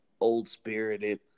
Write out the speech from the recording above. old-spirited